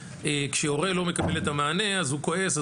כשהורה לא מקבל את המענה אז הוא כועס,